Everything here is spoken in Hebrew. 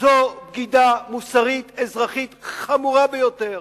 זאת בגידה מוסרית אזרחית חמורה ביותר.